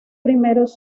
primeros